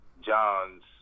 John's